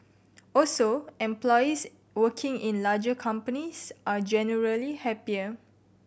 also employees working in larger companies are generally happier